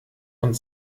und